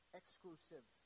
exclusive